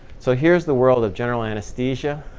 so here's the world of general anesthesia,